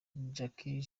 jackie